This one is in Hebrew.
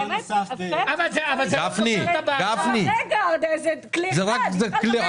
זה כלי אחד.